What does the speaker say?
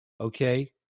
Okay